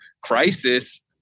crisis